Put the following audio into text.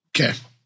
Okay